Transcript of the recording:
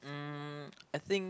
mm I think